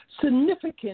Significant